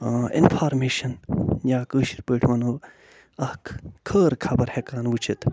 information یا کٲشِر پٲٹھۍ وَنو اکھ خٲر خبر ہٮ۪کان وٕچھِتھ